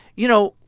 you know,